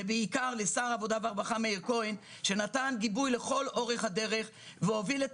ובעיקר לשר העבודה והרווחה מאיר כהן שנתן גיבוי לכל אורך הדרך והוביל את